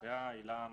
יש